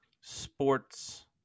sports